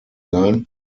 sein